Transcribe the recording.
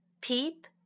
peep